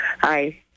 Hi